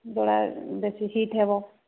ଯୋଉଟା ବେଶୀ ହିଟ୍ ହେବ